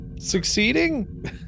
succeeding